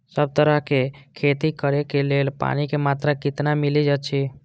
सब तरहक के खेती करे के लेल पानी के मात्रा कितना मिली अछि?